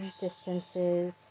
distances